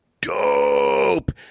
dope